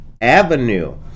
Avenue